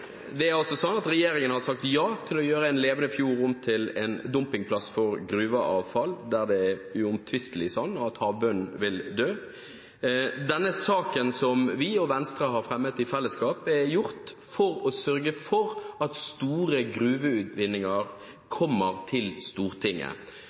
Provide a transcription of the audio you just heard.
Det er altså slik at regjeringen har sagt ja til å gjøre en levende fjord om til en dumpingplass for gruveavfall, der det uomtvistelig er slik at havbunnen vil dø. Denne saken som vi og Venstre har fremmet i fellesskap, er fremmet for å sørge for at store gruveutvinninger kommer til Stortinget.